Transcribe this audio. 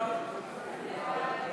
1,